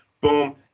boom